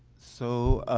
so